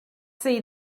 see